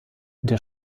der